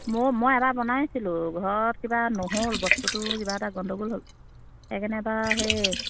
মই মই এবাৰ বনাইছিলোঁ ঘৰত কিবা নহ'ল বস্তুটো কিবা এটা গণ্ডগোল হ'ল সেইকাৰণে এইবা সেই